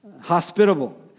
Hospitable